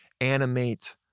animate